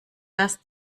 das